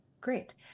great